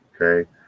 okay